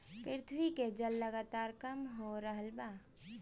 पृथ्वी के जल लगातार कम हो रहल बा